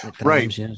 Right